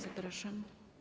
Zapraszam.